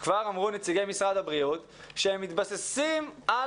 אמרו נציגי משרד הבריאות שהם מתבססים על